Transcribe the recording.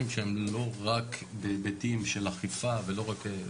שהם לא רק בהיבטים של אכיפה ולא רק,